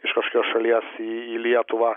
iš kažkokios šalies į į lietuvą